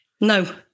No